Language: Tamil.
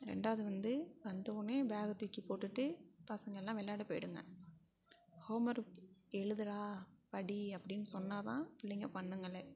ரெண்டாவது வந்து வந்தவொன்னே பேக்கை தூக்கி போட்டுவிட்டு பசங்க எல்லாம் விளையாட போயிவிடுங்க ஹோம் ஒர்க் எழுதுடா படி அப்படின்னு சொன்னால்தான் பிள்ளைங்க பண்ணுங்களே